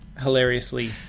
hilariously